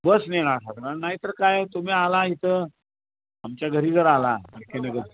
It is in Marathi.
बसने येणार हा नाहीतर काय तुम्ही आला इथं आमच्या घरी जर आला